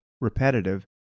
repetitive